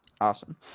Awesome